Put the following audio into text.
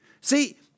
See